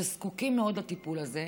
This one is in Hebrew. שזקוקים מאוד לטיפול הזה,